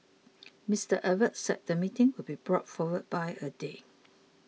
Mister Abbott said the meeting would be brought forward by a day